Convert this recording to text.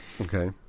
Okay